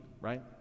right